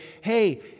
hey